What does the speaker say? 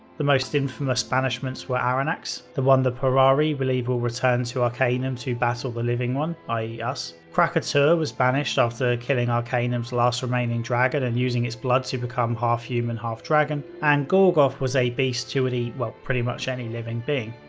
the most infamous banishments were arronax, the one the pararii believe will return to arcanum to battle the living one, i e. us. kraka-tur was banished after killing arcanum's last remaining dragon and using its blood to become half-human half-dragon and gorgoth was a beast who would eat pretty much any living being.